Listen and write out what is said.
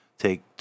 take